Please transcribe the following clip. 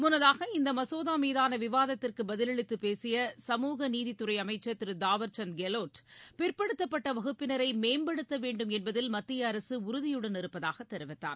முன்னதாக இந்தமசோதாமீதானவிவாதத்திற்குபதிலளித்துப் பேசிய சமூகநீதித்துறைஅமைச்சர் திரு தாவர்சந்த் கெல்லாட் பிற்படுத்தப்பட்டவகுப்பினரைமேம்படுத்தவேண்டும் என்பதில் மத்தியஅரகஉறுதியுடன் இருப்பதாகத் தெரிவித்தார்